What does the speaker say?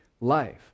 life